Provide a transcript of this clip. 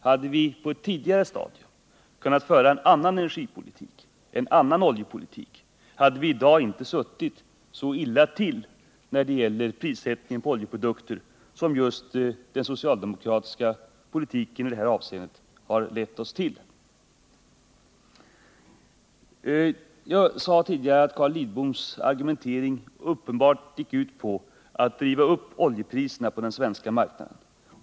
Hade vi på ett tidigare stadium kunnat föra en annan energipolitik, en annan oljepolitik, hade vi i dag inte suttit så illa till när det gäller prissättningen på oljeprodukter som just den socialdemokratiska politiken i det här avseendet har lett till. Jag sade tidigare att Carl Lidboms argumentering uppenbart gick ut på att att trygga tillgången på olja driva upp oljepriserna på den svenska marknaden.